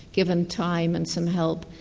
given time and some help,